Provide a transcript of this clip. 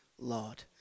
Lord